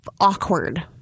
awkward